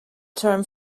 term